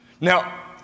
Now